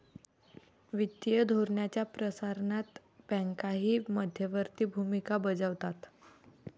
वित्तीय धोरणाच्या प्रसारणात बँकाही मध्यवर्ती भूमिका बजावतात